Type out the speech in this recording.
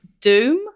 Doom